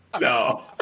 No